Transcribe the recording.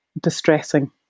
distressing